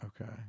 Okay